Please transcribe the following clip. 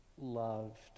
loved